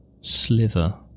sliver